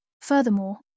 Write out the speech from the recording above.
Furthermore